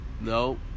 No